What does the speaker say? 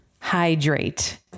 hydrate